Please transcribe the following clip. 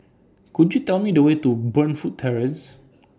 Could YOU Tell Me The Way to Burnfoot Terrace